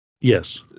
Yes